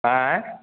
आयँ